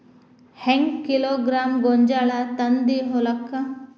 ಹೆಂಗ್ ಕಿಲೋಗ್ರಾಂ ಗೋಂಜಾಳ ತಂದಿ ಹೊಲಕ್ಕ?